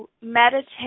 meditate